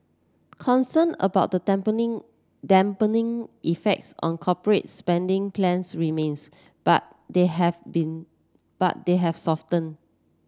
concern about the dampening dampening effects on corporates spending plans remains but they have been but they have soften